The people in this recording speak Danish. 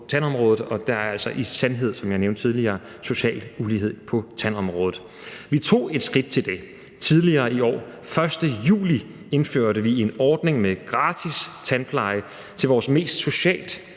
og der er altså i sandhed, som jeg nævnte tidligere, social ulighed på tandområdet. Vi tog et skridt i den retning tidligere i år. Den 1. juli indførte vi en ordning med gratis tandpleje til vores socialt